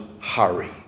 hurry